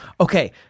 Okay